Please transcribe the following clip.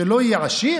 שלא יהיה עשיר?